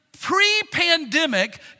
Pre-pandemic